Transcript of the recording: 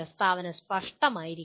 പ്രസ്താവന സ്പഷ്ടമായിരിക്കണം